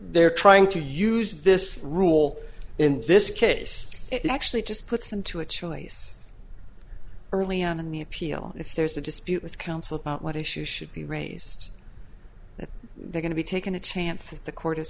they're trying to use this rule in this case it actually just puts into a choice early on in the appeal if there's a dispute with counsel about what issues should be raised if they're going to be taken a chance the court is